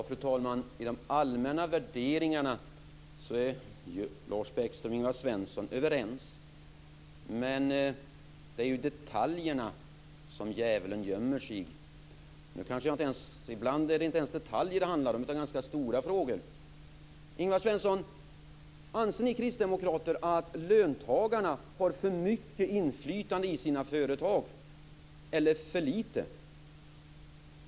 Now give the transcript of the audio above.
Fru talman! I de allmänna värderingarna är Lars Bäckström och Ingvar Svensson överens. Men det är i detaljerna som djävulen gömmer sig. Ibland är det inte ens detaljer det handlar om, utan ganska stora frågor. Ingvar Svensson! Anser ni kristdemokrater att löntagarna har för mycket inflytande i sina företag eller för lite?